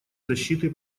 защиты